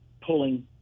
pulling